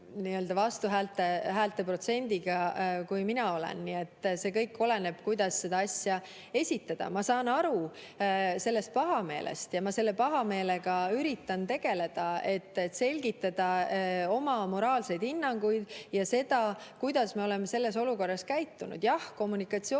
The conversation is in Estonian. vastuhäälte protsendiga, kui mina olen. See kõik oleneb, kuidas seda asja esitada. Ma saan aru sellest pahameelest ja ma selle pahameelega üritan tegeleda, et selgitada oma moraalseid hinnanguid ja seda, kuidas me oleme selles olukorras käitunud. Jah, kommunikatsioon